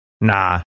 Nah